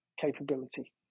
capability